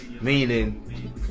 Meaning